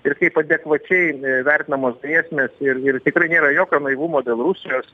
ir kaip adekvačiai a vertinamos grėsmės ir ir tikrai nėra jokio naivumo dėl rusijos